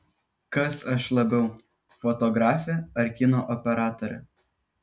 kas aš labiau fotografė ar kino operatorė